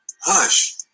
Hush